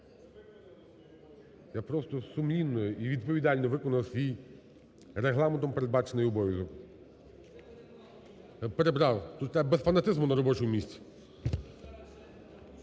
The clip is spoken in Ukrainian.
Я просто сумлінно і відповідально виконав свій, Регламентом передбачений, обов'язок. Перебрав. Тут треба без фанатизму, на робочому місці.